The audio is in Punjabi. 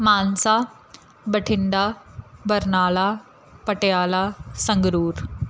ਮਾਨਸਾ ਬਠਿੰਡਾ ਬਰਨਾਲਾ ਪਟਿਆਲਾ ਸੰਗਰੂਰ